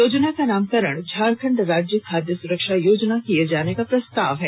योजना का नामकरण झारखंड राज्य खाद्य सुरक्षा योजना किए जाने का प्रस्ताव है